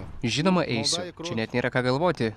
žinoma eisiu čia net nėra ką galvoti